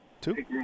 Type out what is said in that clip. Two